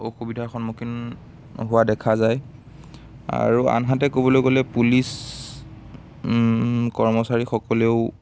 অসুবিধাৰ সন্মুখীন হোৱা দেখা যায় আৰু আনহাতে ক'বলৈ গ'লে পুলিচ কৰ্মচাৰীসকলেও